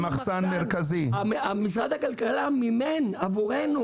משרד הכלכלה מימן עבורנו.